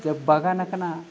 ᱡᱮ ᱵᱟᱜᱟᱱ ᱟᱠᱟᱱᱟ